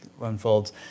unfolds